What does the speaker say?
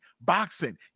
boxing